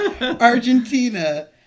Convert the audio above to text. Argentina